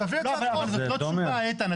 זאת לא תשובה, איתן.